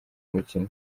umukino